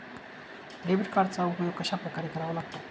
Debit कार्डचा उपयोग कशाप्रकारे करावा लागतो?